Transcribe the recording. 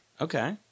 Okay